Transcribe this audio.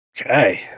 Okay